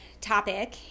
topic